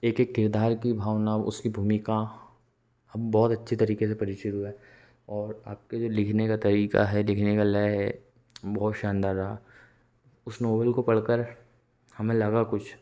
एक एक किरदार की भावनाओं उसकी भूमिका बहुत अच्छी तरीके से परिचय हुआ है और आपके जो लिखने का तरीका है लिखने का लय है बहुत शानदार रहा उस नोबेल को पढ़कर हमें लगा कुछ